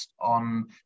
on